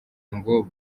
ngo